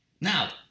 Now